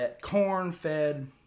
corn-fed